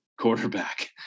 quarterback